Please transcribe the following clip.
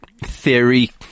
theory